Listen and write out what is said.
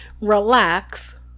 relax